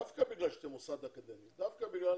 דווקא בגלל שאתם מוסד אקדמי, דווקא בגלל